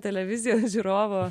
televizijos žiūrovo